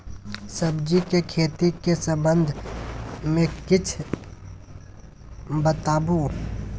सब्जी के खेती के संबंध मे किछ बताबू?